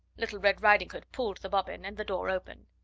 little red riding-hood pulled the bobbin, and the door opened.